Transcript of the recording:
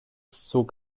zog